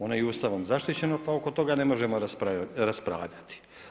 Ono je i Ustavom zaštićeno, pa oko toga ne možemo raspravljati.